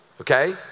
Okay